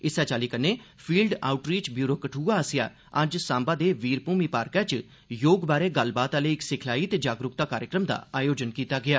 इस्सै चाल्ली कन्नै field outreach bureau Kathua आसेआ अज्ज सांबा दे वीर भूमि पार्का च योग बारै गल्लबात आइले इक सिखलाई ते जागरूकता कार्यक्रम दा आयोजन कीता गेआ